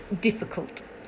difficult